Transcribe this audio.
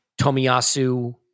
Tomiyasu